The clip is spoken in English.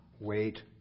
wait